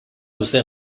luze